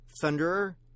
Thunderer